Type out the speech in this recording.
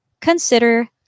consider